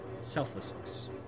selflessness